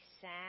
sad